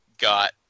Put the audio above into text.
got